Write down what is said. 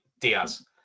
Diaz